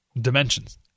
dimensions